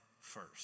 first